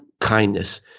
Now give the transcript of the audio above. kindness